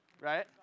right